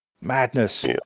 Madness